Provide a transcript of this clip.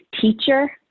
teacher